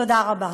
תודה רבה.